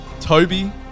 Toby